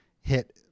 hit